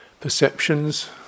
Perceptions